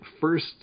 first